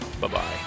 Bye-bye